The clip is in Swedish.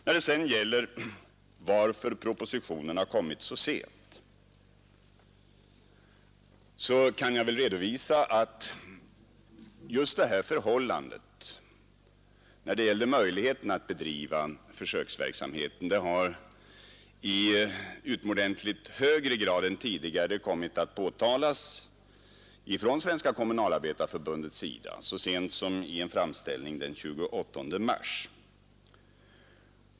När det sedan gäller varför propositionen kommit så sent kan jag redovisa att just svårigheten att driva försöksverksamheten har i mycket högre grad än tidigare framhållits från Svenska kommunalarbetareförbundets sida så sent som i en framställning den 28 mars.